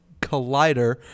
collider